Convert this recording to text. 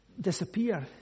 disappear